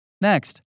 Next